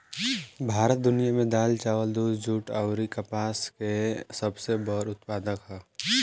भारत दुनिया में दाल चावल दूध जूट आउर कपास के सबसे बड़ उत्पादक ह